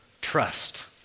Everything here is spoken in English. trust